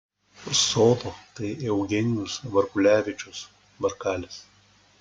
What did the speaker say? solo tai eugenijus varkulevičius varkalis